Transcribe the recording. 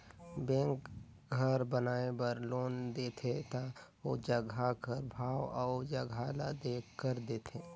bank घर बनाए बर लोन देथे ता ओ जगहा कर भाव अउ जगहा ल देखकर देथे